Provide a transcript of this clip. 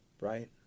Right